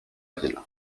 ville